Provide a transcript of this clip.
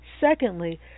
Secondly